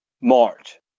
March